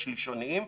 השלישוניים,